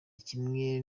kimwe